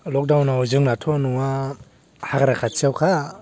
लकडाउनआव जोंनाथ' न'आ हाग्रा खाथियावखा